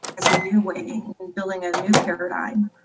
as a new way in building a new paradigm,